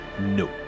No